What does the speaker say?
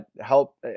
help